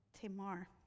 Tamar